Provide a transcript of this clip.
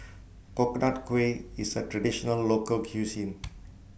Coconut Kuih IS A Traditional Local Cuisine